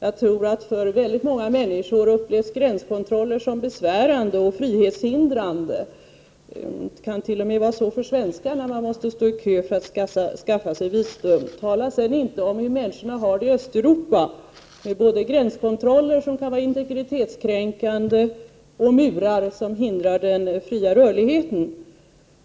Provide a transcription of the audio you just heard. Jag tror att väldigt många människor upplever gränskontroller som besvärande och frihetshindrande. Det kan t.o.m. vara så för svenskar, när man måste stå i kö för att skaffa sig visum. Tala sedan inte om hur människorna har det i Östeuropa med både gränskontroller, som kan vara integritetskränkande, och murar som hindrar den fria rörligheten!